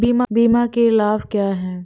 बीमा के लाभ क्या हैं?